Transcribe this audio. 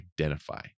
identify